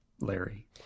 Larry